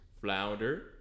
flounder